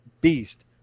beast